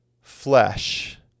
flesh